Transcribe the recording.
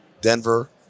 Denver